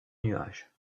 nuage